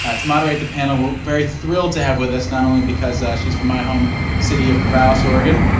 ah to moderate the panel we're very thrilled to have with us not only because she's from my home city of corvallis, oregon,